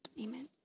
Amen